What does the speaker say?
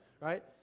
right